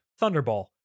Thunderball